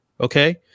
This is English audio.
Okay